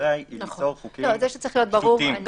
ליצור לחוקים פשוטים.